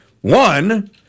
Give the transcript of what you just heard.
one